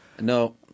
No